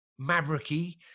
mavericky